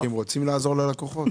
כי הם רוצים לעזור ללקוחות.